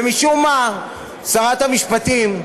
ומשום מה, שרת המשפטים,